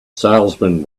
salesman